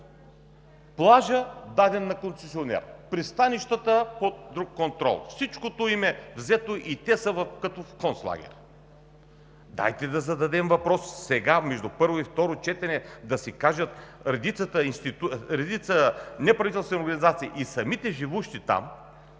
плажът – даден на концесионер, пристанищата – под друг контрол, всичко туй им е взето и те са в концлагер. Дайте да зададем въпроса сега между първо и второ четене да кажат редица неправителствени организации и живущите там